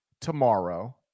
Tomorrow